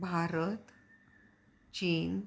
भारत चीन